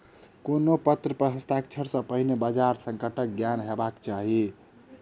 कोनो पत्र पर हस्ताक्षर सॅ पहिने बजार संकटक ज्ञान हेबाक चाही